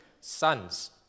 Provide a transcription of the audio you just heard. sons